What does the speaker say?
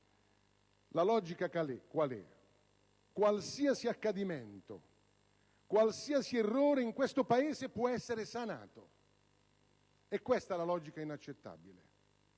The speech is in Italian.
La logica qual è? Qualsiasi accadimento, qualsiasi errore in questo Paese può essere sanato. Questa è la logica inaccettabile;